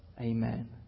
amen